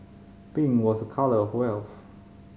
pink was a colour of health